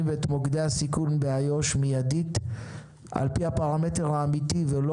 ואת מוקדי הסיכון באיו"ש מידית על פי הפרמטר האמיתי ולא